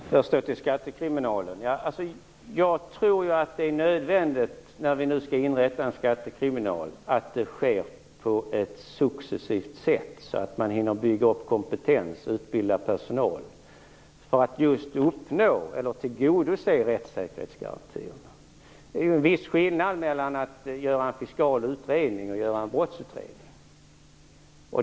Herr talman! Först till skattekriminalen. Jag tror ju att det är nödvändigt, när vi nu skall inrätta en skattekriminal, att det sker på ett successivt sätt, så att man hinner bygga upp kompetens och utbilda personal för att just uppnå eller tillgodose rättssäkerhetsgarantin. Det är ju en viss skillnad mellan att göra en fiskal utredning och att göra en brottsutredning.